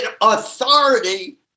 authority